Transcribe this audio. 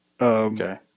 Okay